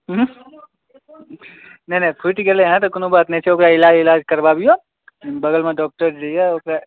नहि नहि फूटि गेलै हँ तऽ कोनो बात नहि छै ओकरा इलाज उलाज करबाबिऔ बग़लमे जे डॉक्टर जे अइ ओकरा